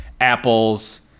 Apples